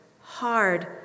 Hard